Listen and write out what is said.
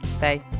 Bye